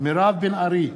מירב בן ארי,